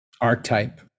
archetype